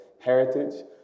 heritage